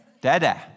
Dada